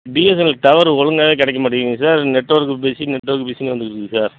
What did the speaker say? BSNL tower ஒழுங்காகவே கிடைக்க மாட்டீங்கிது சார் நெட்வொர்க் பிஸி நெட்வொர்க் பிஸின்னு வந்துட்டுருக்குது சார்